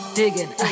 digging